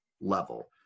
level